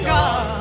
God